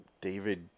David